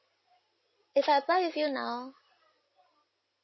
if I apply with you now